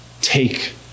take